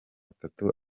atatu